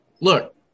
look